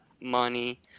Money